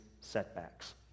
setbacks